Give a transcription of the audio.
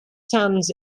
stands